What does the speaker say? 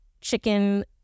chicken